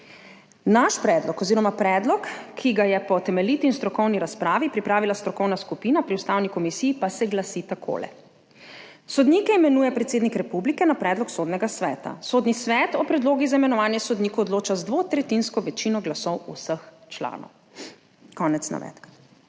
Naš predlog oziroma predlog, ki ga je po temeljiti in strokovni razpravi pripravila strokovna skupina pri Ustavni komisiji, pa se glasi takole: »Sodnike imenuje predsednik republike na predlog Sodnega sveta. Sodni svet o predlogih za imenovanje sodnikov odloča z dvotretjinsko večino glasov vseh članov.« Konec navedka.